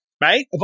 right